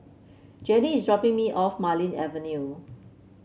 Janie is dropping me off Marlene Avenue